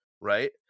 right